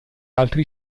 altri